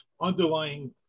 underlying